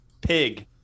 pig